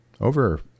over